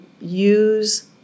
use